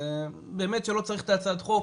זה באמת שלא צריך את הצעת החוק,